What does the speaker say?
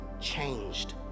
changed